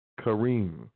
Kareem